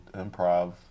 Improv